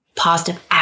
positive